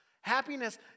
Happiness